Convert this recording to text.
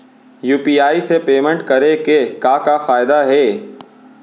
UPI से payment करे के का का फायदा हे?